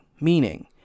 Meaning